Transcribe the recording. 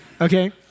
Okay